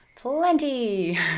Plenty